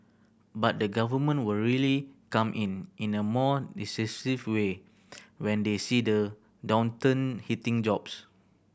but the Government will really come in in a more decisive way when they see the downturn hitting jobs